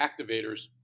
Activators